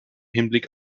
hinblick